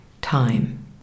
time